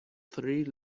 three